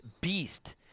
beast